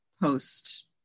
post